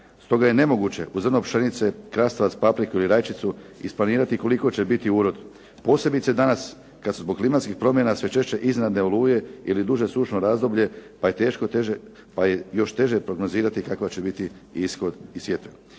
Stoga je nemoguće uz zrno pšenice, krastavac, papriku ili rajčicu isplanirati koliko će biti urod, posebice danas kad su zbog klimatskih promjena sve češće iznenadne oluje ili duže sušno razdoblje pa je još teže prognozirati kakav će biti ishod i sjetva.